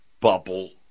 bubble